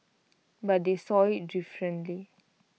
but they saw IT differently